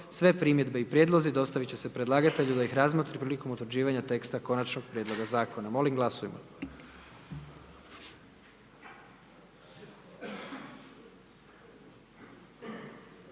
sve primjedbe i prijedlozi dostavit će se predlagatelju da ih razmotri prilikom utvrđivanja teksta konačnog prijedloga zakona, molim glasujmo.